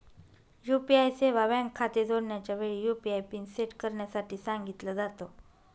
UPI सेवा bank खाते जोडण्याच्या वेळी, यु.पी.आय पिन सेट करण्यासाठी सांगितल जात